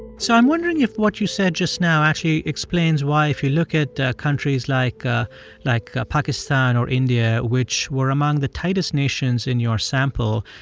so i'm wondering if what you said just now actually explains why if you look at countries like ah like pakistan or india, which were among the tightest nations in your sample,